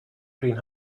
between